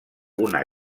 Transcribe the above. una